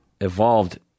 evolved